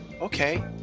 Okay